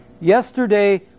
Yesterday